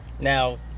now